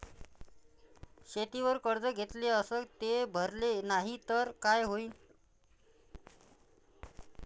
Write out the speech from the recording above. शेतीवर कर्ज घेतले अस ते भरले नाही तर काय होईन?